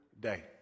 day